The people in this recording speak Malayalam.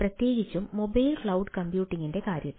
പ്രത്യേകിച്ചും മൊബൈൽ ക്ലൌഡ് കമ്പ്യൂട്ടിംഗിന്റെ കാര്യത്തിൽ